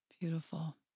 Beautiful